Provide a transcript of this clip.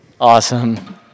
Awesome